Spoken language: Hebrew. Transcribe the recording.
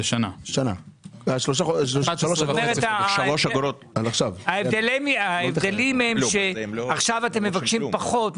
זאת אומרת שההבדל הוא שעכשיו אתם מבקשים פחות,